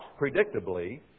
predictably